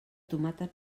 tomata